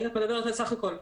את מדברת על סך הכול.